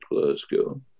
Glasgow